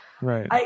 Right